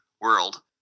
world